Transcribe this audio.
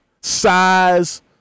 size